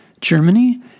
Germany